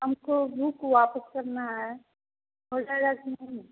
हमको बुक वापस करना है हो जाएगा कि नहीं